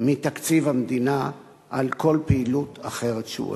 מתקציב המדינה על כל פעילות אחרת שהוא עושה.